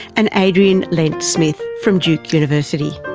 and adriane lentz-smith from duke university.